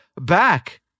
back